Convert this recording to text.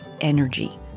energy